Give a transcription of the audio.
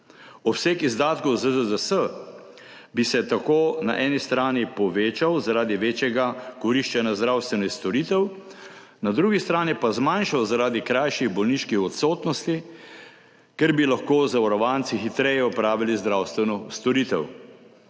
Obseg izdatkov ZZZS bi se tako na eni strani povečal zaradi večjega koriščenja zdravstvenih storitev, na drugi strani pa bi se zmanjšal zaradi krajših bolniških odsotnosti, ker bi lahko zavarovanci hitreje opravili zdravstveno storitev.